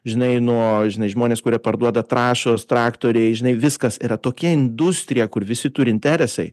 žinai nuo žinai žmonės kurie parduoda trąšos traktoriai žinai viskas yra tokia industrija kur visi turi interesai